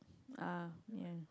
uh ya